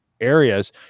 areas